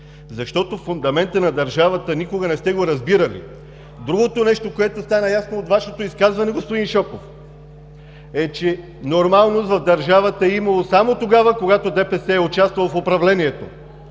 фундамента на държавата. Другото нещо, което стана ясно от Вашето изказване, господин Шопов, е, че нормалност в държавата е имало само тогава, когато ДПС е участвало в управлението.